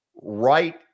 right